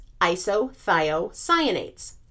isothiocyanates